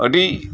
ᱟᱰᱤ